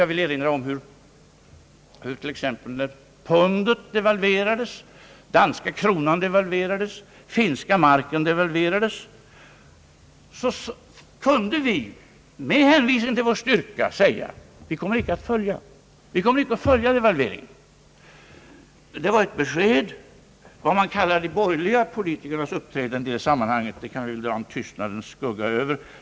Jag vill erinra om att när t.ex. pundet devalverades, den danska kronan devalverades och den finska marken devalverades kunde vi med hänvisning till vår styrka säga: Vi kommer inte att följa devalveringen. Det var ett besked. Vad man vill kalla de borgerliga politikernas uppträdande i det sammanhanget kan vi väl dra en tystnadens slöja över.